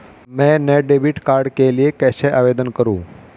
मैं नए debit card के लिए कैसे आवेदन करूं?